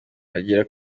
bagera